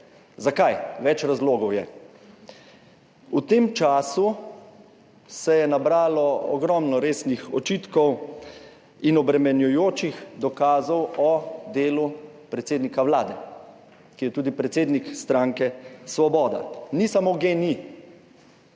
Zakaj? Več razlogov je. V tem času se je nabralo ogromno resnih očitkov in obremenjujočih dokazov o delu predsednika Vlade, ki je tudi predsednik stranke Svoboda. Ni samo